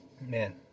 Man